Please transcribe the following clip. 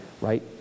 right